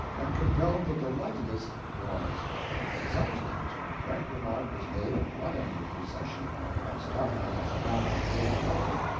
and compelled the delightedest applause and sometimes when a bright remark was made at one end of the procession and started on its travels toward the other,